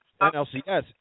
NLCS